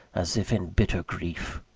as if in bitter grief.